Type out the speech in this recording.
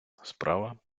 справа